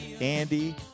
Andy